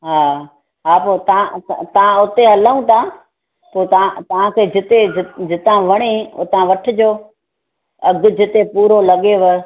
हा हा पोइ तव्हां तव्हां हुते हलूं था पोइ तव्हां तव्हांखे जिते जितां वणे उतां वठिजो अघि जिते पूरो लॻेव